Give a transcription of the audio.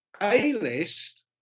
A-list